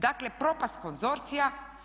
Dakle, propast konzorcija.